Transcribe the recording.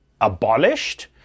abolished